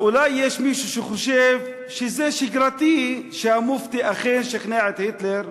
אז אולי יש מישהו שחושב שזה שגרתי שהמופתי אכן שכנע את היטלר,